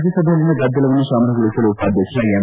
ರಾಜ್ಯಸಭೆಯಲ್ಲಿನ ಗದ್ದಲವನ್ನು ಶಮನಗೊಳಿಸಲು ಉಪಾಧ್ಯಕ್ಷ ಎಂ